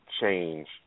change